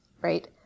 right